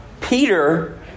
Peter